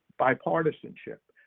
bipartisanship.